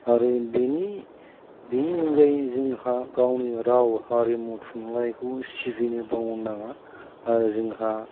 आरो बेनि बेनि अनगायै जोंहा गावनि राव हारिमु थुनलाइखौ सिबिनो बावनो नाङा आरो जोंहा